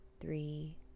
Three